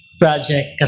project